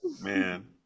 Man